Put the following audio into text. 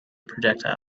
projectile